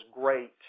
great